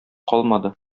калмады